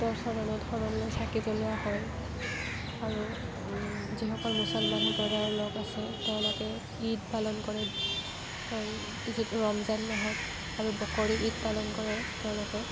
তেওঁ চৰণত শৰণ লৈ চাকি জ্বলোৱা হয় আৰু যিসকল মুছলমান সম্প্ৰদায়ৰ লোক আছে তেওঁলোকে ঈদ পালন কৰে ৰম যিটো ৰমজান মাহত আৰু বকৰী ঈদ পালন কৰে তেওঁলোকে